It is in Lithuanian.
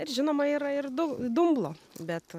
ir žinoma yra ir dum dumblo bet